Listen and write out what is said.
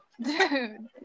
Dude